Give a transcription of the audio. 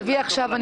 תביא עכשיו.